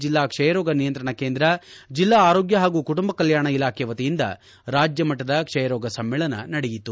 ಜಿಲ್ಲಾ ಕ್ಷಯ ರೋಗ ನಿಯಂತ್ರಣ ಕೇಂದ್ರ ಜಿಲ್ಲಾ ಆರೋಗ್ನ ಹಾಗೂ ಕುಟುಂಬ ಕಲ್ನಾಣ ಇಲಾಖೆ ವತಿಯಿಂದ ರಾಜ್ಯ ಮಟ್ಟದ ಕ್ಷಯ ರೋಗ ಸಮ್ನೇಳನ ನಡೆಯಿತು